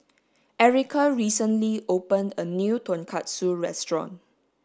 Erica recently opened a new tonkatsu restaurant